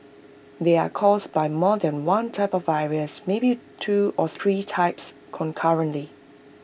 they are caused by more than one type of virus maybe two or three types concurrently